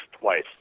twice